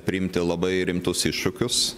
priimti labai rimtus iššūkius